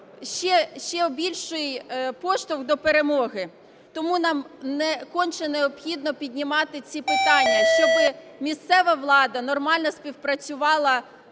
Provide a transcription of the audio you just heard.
ще більший поштовх до перемоги. Тому нам конче необхідно піднімати ці питання, щоби місцева влада нормально співпрацювала